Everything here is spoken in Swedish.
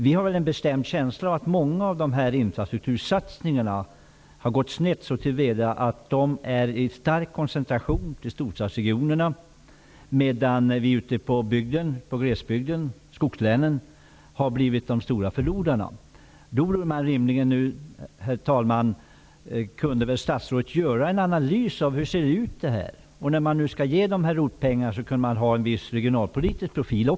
Vi har en bestämd känsla av att många av infrastruktursatsningarna har gått snett, i så måtto att de uppvisar en starkt koncentration till storstadsregionerna medan glesbygden och särskilt skogslänen har blivit de stora förlorarna. Herr talman! Statsrådet borde rimligen nu kunna göra en analys av hur det här ser ut. Man kunde ge ROT-pengarna också en regionalpolitisk profil.